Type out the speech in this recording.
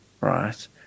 Right